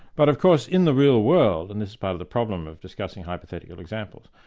but of course, in the real world, and this is part of the problem of discussing hypothetical examples,